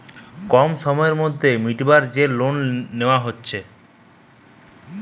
কম সময়ের মধ্যে মিটাবার যে লোন লিবা হতিছে